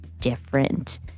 different